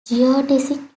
geodesic